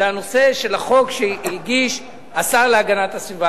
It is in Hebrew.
זה הנושא של החוק שהגיש השר להגנת הסביבה.